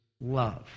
love